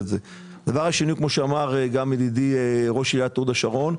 כמו שאמר ראש עיריית הוד השרון,